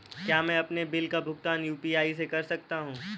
क्या मैं अपने बिल का भुगतान यू.पी.आई से कर सकता हूँ?